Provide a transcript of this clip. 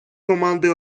команди